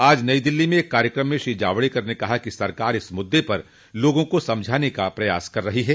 आज नई दिल्ली में एक कार्यक्रम में श्री जावड़ेकर ने कहा कि सरकार इस मुद्दे पर लोगों को समझाने का प्रयास कर रही है